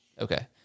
Okay